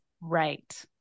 Right